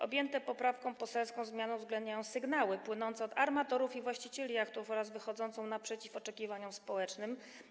Objęte poprawką poselską zmiany uwzględniają sygnały płynące od armatorów i właścicieli jachtów oraz wychodzą naprzeciw oczekiwaniom społecznym.